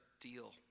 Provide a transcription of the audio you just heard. deal